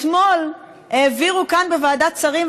אתמול העבירו כאן בוועדת שרים,